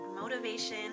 motivation